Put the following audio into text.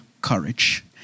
courage